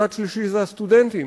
צד שלישי זה הסטודנטים.